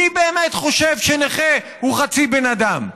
מי באמת חושב שנכה זה חצי בן אדם?